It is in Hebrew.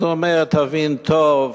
אז הוא אומר: תבין טוב,